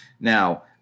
Now